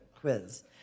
quiz